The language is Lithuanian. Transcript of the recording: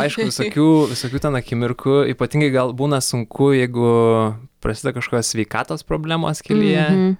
aišku visokių visokių ten akimirkų ypatingai gal būna sunku jeigu prasideda kažkokios sveikatos problemos kelyje